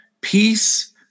peace